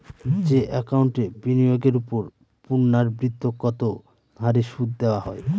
যে একাউন্টে বিনিয়োগের ওপর পূর্ণ্যাবৃত্তৎকত হারে সুদ দেওয়া হয়